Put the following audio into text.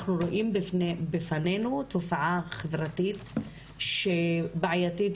אנחנו רואים בפנינו תופעה חברתית בעייתית